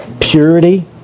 purity